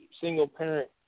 single-parent